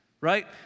right